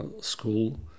school